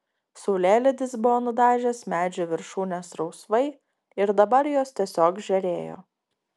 saulėlydis buvo nudažęs medžių viršūnes rausvai ir dabar jos tiesiog žėrėjo